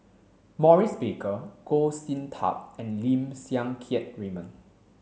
Maurice Baker Goh Sin Tub and Lim Siang Keat Raymond